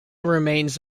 remains